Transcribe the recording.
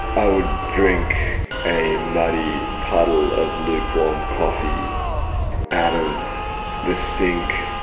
i would drink a muddy puddle of lukewarm coffee out of the sink